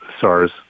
SARS